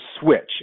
switch